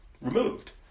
removed